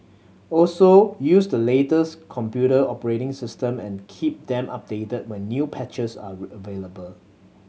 also use the latest computer operating system and keep them updated when new patches are available